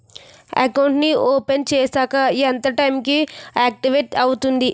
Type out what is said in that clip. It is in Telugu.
అకౌంట్ నీ ఓపెన్ చేశాక ఎంత టైం కి ఆక్టివేట్ అవుతుంది?